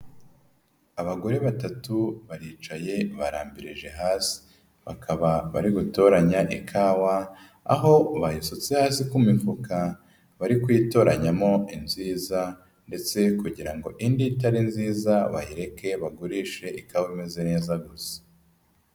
Abagore batatu baricaye barambirije hasi bakaba bari gutoranya ikawa aho bayisutse hasi ku mifuka bari kuyitoranyamo inziza ndetse kugira ngo indi itari nziza bayireke bagurishe ikawa imeze neza gusa.